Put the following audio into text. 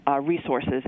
resources